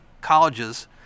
colleges—